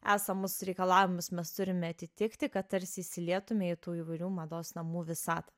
esamus reikalavimus mes turime atitikti kad tarsi įsilietume į tų įvairių mados namų visatą